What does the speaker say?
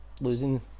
losing